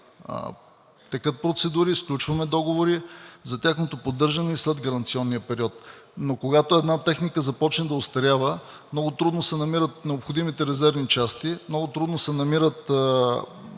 текат процедури, сключваме договори за тяхното поддържане и след гаранционния период. Но когато една техника започне да остарява, много трудно се намират необходимите резервни части, много трудно се намират